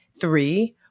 Three